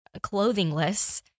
clothingless